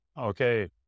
Okay